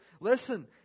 Listen